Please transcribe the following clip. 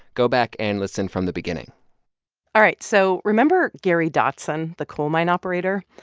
go back and listen from the beginning all right, so remember gary dotson, the coal mine operator?